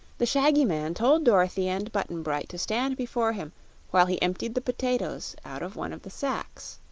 the shaggy man told dorothy and button-bright to stand before him while he emptied the potatoes out of one of the sacks.